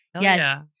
Yes